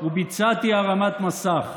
וביצעתי הרמת מסך,